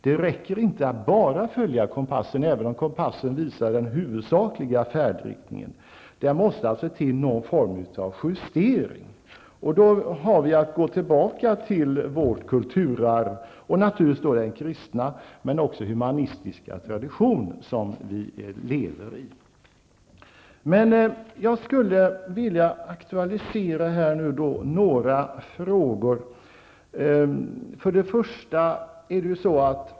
Det räcker inte att enbart följa kompassen, även om kompassen visar den huvudsakliga färdriktningen. Det måste till någon form av justering. Vi har då att gå tillbaka till vårt kulturarv och den kristna men även humanistiska tradition som vi lever i. Jag skulle vilja aktualisera några frågor.